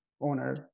owner